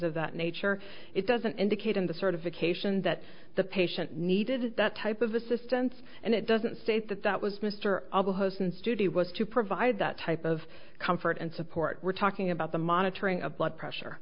of that nature it doesn't indicate in the certification that the patient needed that type of assistance and it doesn't state that that was mr of the husband's judy was to provide that type of comfort and support we're talking about the monitoring of blood pressure